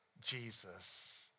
Jesus